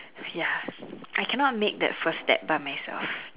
ya I cannot make the first step by myself